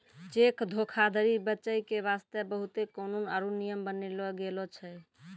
cheque धोखाधरी बचै के बास्ते बहुते कानून आरु नियम बनैलो गेलो छै